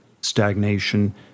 stagnation